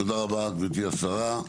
תודה רבה גברתי השרה.